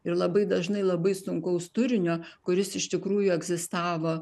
ir labai dažnai labai sunkaus turinio kuris iš tikrųjų egzistavo